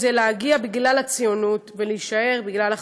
רק רציתי להציע לשר התפוצות: באמת אולי זה לא מתאים לך.